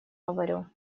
говорю